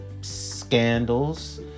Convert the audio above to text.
scandals